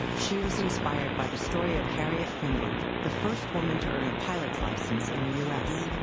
she was inspired by the story of harriet quimby, the first woman to earn a pilot's license in the u s.